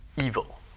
evil